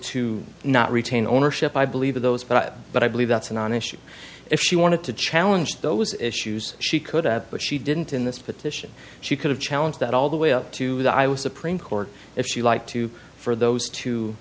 to not retain ownership i believe those but but i believe that's a non issue if she wanted to challenge those issues she could have but she didn't in this petition she could have challenge that all the way up to the i was supreme court if she liked to for those two